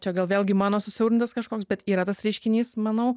čia gal vėlgi mano susiaurintas kažkoks bet yra tas reiškinys manau